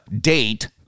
date